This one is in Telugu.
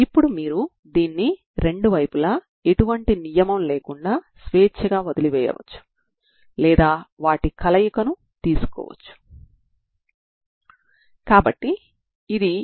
కాబట్టి దీనిని మీరు ఏదైనా స్ట్రింగ్ తో జతచేస్తే అప్పుడు మీరు పరిష్కారం యొక్క ప్రత్యేకతను చూపించాల్సిన అవసరం లేదు